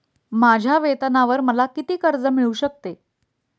माझ्या वेतनावर मला किती कर्ज मिळू शकते?